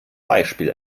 beispiel